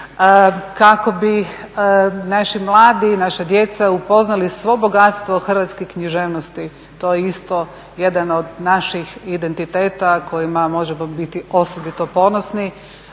kako bi mladi, naša djeca upoznali svo bogatstvo hrvatske književnosti, to je isto jedan od naših identiteta kojima možemo biti osobito ponosni.